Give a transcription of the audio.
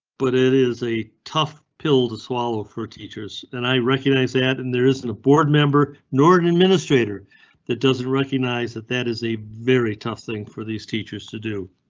but it is a tough pill to swallow for teachers. and i recognize that and there isn't a board member, nor an administrator that doesn't recognize that. that is a very tough thing for these teachers to do.